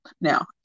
Now